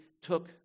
took